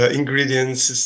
ingredients